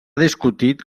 discutit